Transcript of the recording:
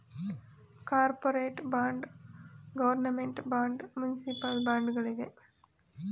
corporate bond, government bond, municipal bond ಗಳಿವೆ